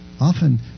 often